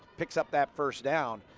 picks up that first down.